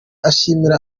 ashimira